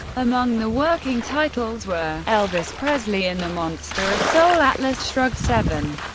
among the working titles were elvis presley and the monster of soul, atlas shrugged, seven,